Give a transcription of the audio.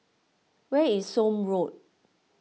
where is Somme Road